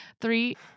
Three